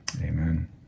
Amen